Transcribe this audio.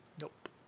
Nope